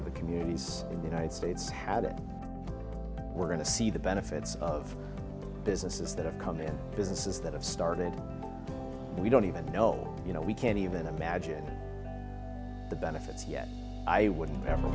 of the communities in the united states had it we're going to see the benefits of businesses that have come in businesses that have started we don't even know you know we can't even imagine the benefits yet i would